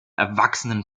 erwachsenen